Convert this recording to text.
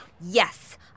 Yes